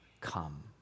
come